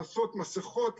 לעשות מסכות,